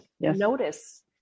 notice